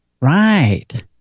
Right